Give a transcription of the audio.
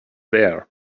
bare